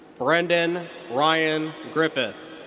brendan ryan griffith.